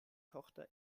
tochter